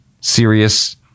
serious